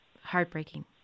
heartbreaking